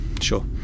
sure